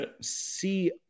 see –